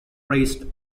raised